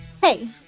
Hey